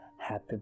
Happy